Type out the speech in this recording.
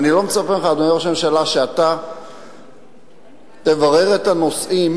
אדוני ראש הממשלה, שאתה תברר את הנושאים